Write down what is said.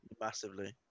massively